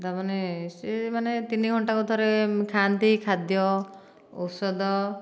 ତା'ମାନେ ସେମାନେ ତିନି ଘଣ୍ଟାକୁ ଥରେ ଖାଆନ୍ତି ଖାଦ୍ୟ ଔଷଧ